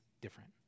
different